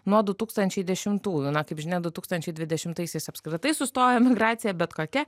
nuo du tūkstančiai dešimtųjų na kaip žinia du tūkstančiai dvidešimtaisiais apskritai sustojo emigracija bet kokia